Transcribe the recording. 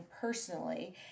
personally